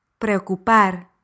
Preocupar